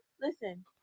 listen